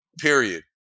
Period